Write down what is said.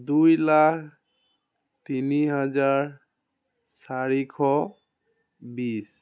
দুই লাখ তিনি হাজাৰ চাৰিশ বিশ